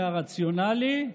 מהרציונלי,